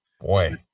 Boy